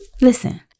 Listen